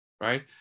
right